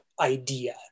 idea